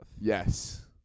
yes